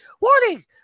warning